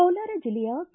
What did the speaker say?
ಕೋಲಾರ ಜಿಲ್ಲೆಯ ಕೆ